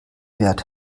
wert